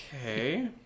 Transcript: Okay